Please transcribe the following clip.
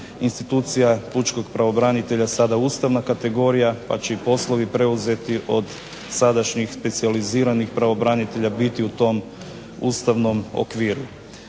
institucija pučkog pravobranitelja sada ustavna kategorija, pa će i poslovi preuzeti od sadašnjih specijaliziranih pravobranitelja biti u tom ustavnom okviru.